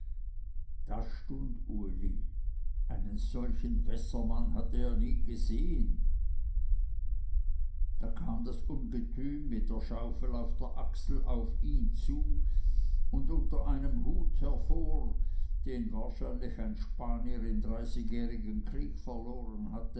da stund uli einen solchen wassermann hatte er nie gesehen da kam das ungetüm mit der schaufel auf der achsel auf ihn zu und unter einem hut hervor den wahrscheinlich ein spanier im dreißigjährigen kriege verloren hatte